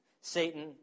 Satan